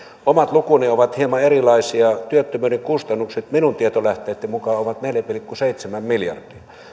omat lukuni ovat hieman erilaisia työttömyyden kustannukset minun tietolähteitteni mukaan ovat neljä pilkku seitsemän miljardia